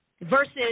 Versus